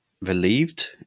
relieved